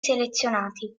selezionati